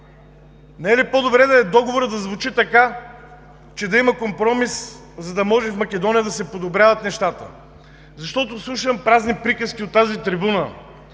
Не е ли по-добре Договорът за звучи така, че да има компромис, за да може в Македония да се подобряват нещата? Защото слушам празни приказки от тази трибуна